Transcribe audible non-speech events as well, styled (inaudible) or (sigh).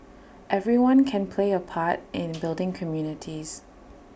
everyone can play A part in (noise) building communities